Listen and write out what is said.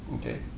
Okay